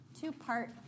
two-part